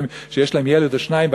כשיש להם ילד או שניים,